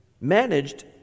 managed